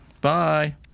Bye